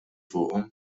fuqhom